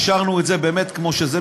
השארנו את זה באמת כמו שזה,